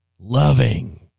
loving